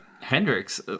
Hendrix